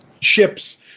ships